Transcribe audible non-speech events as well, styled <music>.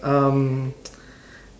um <noise>